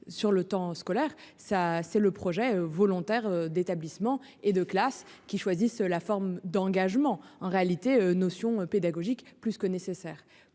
sur le temps scolaire. Ça c'est le projet volontaire d'établissement et de classe qui choisissent la forme d'engagement en réalité notion pédagogique plus que nécessaire.